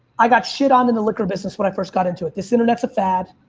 i got shit on in the liquor business when i first got into it, this internet's a fad.